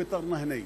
גוטרנא הנה".